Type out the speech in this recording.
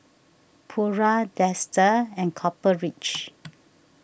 Pura Dester and Copper Ridge